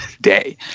day